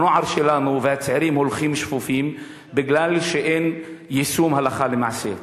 והנוער שלנו והצעירים הולכים שפופים בגלל שאין יישום הלכה למעשה.